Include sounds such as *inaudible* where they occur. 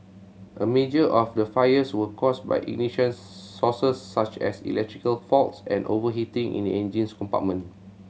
a major of the fires were caused by ignition *unintelligible* sources such as electrical faults and overheating in the engine compartment